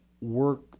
work